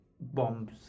bombs